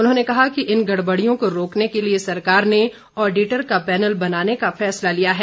उन्होंने कहा कि इन गड़बड़ियों को रोकने के लिए सरकार ने ऑडिटर का पैनल बनाने का फैसला किया है